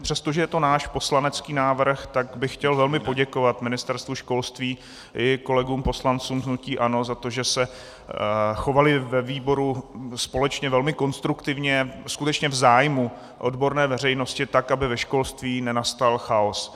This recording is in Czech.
Přestože je to náš poslanecký návrh, tak bych chtěl velmi poděkovat Ministerstvu školství i kolegům poslancům hnutí ANO za to, že se chovali ve výboru společně velmi konstruktivně, skutečně v zájmu odborné veřejnosti, tak aby ve školství nenastal chaos.